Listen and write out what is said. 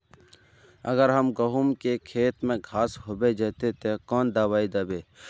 अगर गहुम के खेत में घांस होबे जयते ते कौन दबाई दबे?